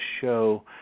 show